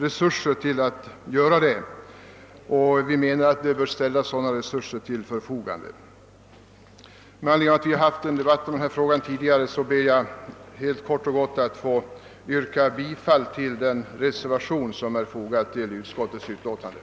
Vi anser att resurser härför bör ställas till förfogande. Med anledning av att vi haft en debatt i denna fråga tidigare ber jag att kort och gott få yrka bifall till den reservation som är fogad vid utskottsutlåtandet.